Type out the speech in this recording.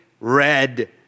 red